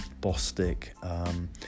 Bostic